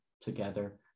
together